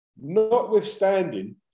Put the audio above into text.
Notwithstanding